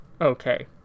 okay